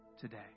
today